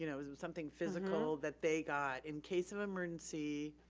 you know was was something physical that they got, in case of emergency,